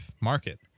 market